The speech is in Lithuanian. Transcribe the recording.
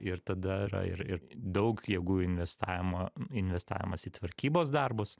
ir tada yra ir ir daug jėgų investavimo investavimas į tvarkybos darbus